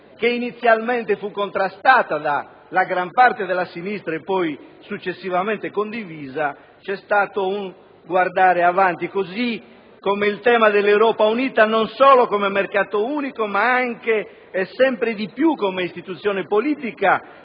inizialmente contrastata da gran parte della sinistra e poi condivisa, c'è stato un guardare avanti. Così pure il tema dell'Europa unita, non solo come mercato unico, ma anche e sempre più come istituzione politica;